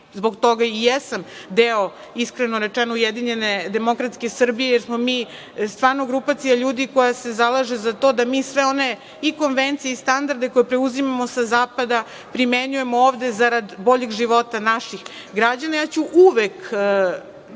zbog toga i jesam deo, iskreno rečeno, ujedinjene demokratske Srbije, jer smo mi stvarno grupacija ljudi koja se zalaže za to da mi sve one i konvencije i standarde koje preuzimamo sa zapada primenjujemo ovde zarad boljeg života naših građana, ja ću uvek